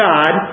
God